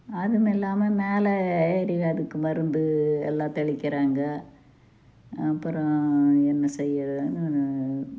அதுவும் இல்லாமல் மேல ஏறி அதுக்கு மருந்து எல்லா தெளிக்கிறாங்க அப்பறம் என்ன செய்வேன்னா